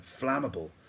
flammable